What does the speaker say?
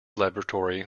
laboratory